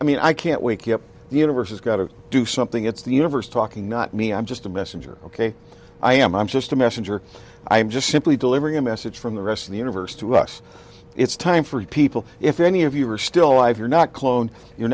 i mean i can't wake you up the universe has got to do something it's the universe talking not me i'm just a messenger ok i am i'm just a messenger i'm just simply delivering a message from the rest of the universe to us it's time for you people if any of you are still alive you're not clone you're